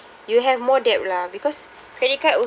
you have more debt lah because credit card al~